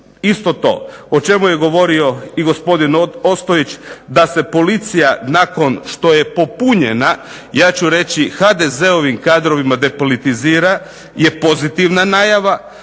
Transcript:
isto to o čemu je govorio i gospodin Ostojić da se policija nakon što je popunjena ja ću reći HDZ-ovim kadrovima depolitizira je pozitivna najava.